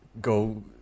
go